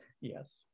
Yes